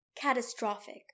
catastrophic